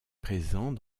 présent